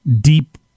Deep